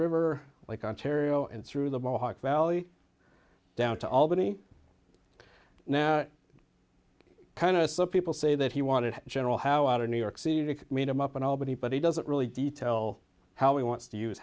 river like ontario and through the mohawk valley down to albany now kind of the people say that he wanted general how out of new york city to meet him up in albany but he doesn't really detail how he wants to use